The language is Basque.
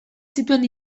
zituen